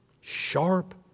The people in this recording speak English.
sharp